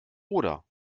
oder